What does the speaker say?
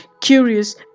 Curious